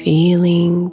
Feeling